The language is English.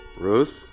Ruth